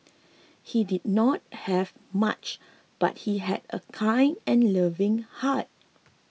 he did not have much but he had a kind and loving heart